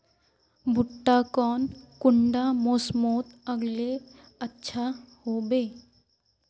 भुट्टा कौन कुंडा मोसमोत लगले अच्छा होबे?